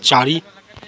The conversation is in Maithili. चारि